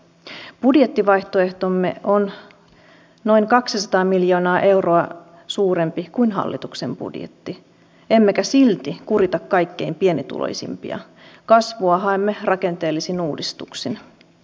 minä nostan hattua kaikille niille yrittäjille jotka tässä tilanteessa edelleen uskovat yrittämiseen ja palkkaavat lisää väkeä vaikka tulevaisuus näyttää siltä miltä näyttää